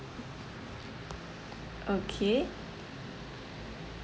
okay